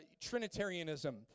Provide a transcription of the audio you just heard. Trinitarianism